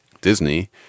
Disney